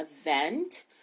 event